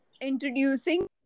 Introducing